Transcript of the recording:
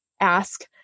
ask